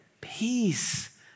Peace